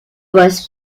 was